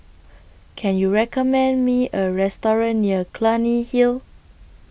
Can YOU recommend Me A Restaurant near Clunny Hill